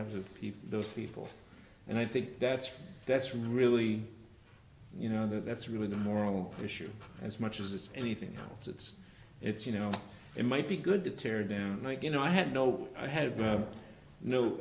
people those people and i think that's that's really you know that's really the moral issue as much as anything else it's it's you know it might be good to tear down you know i had no i had no